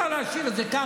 אי-אפשר להשאיר את זה ככה,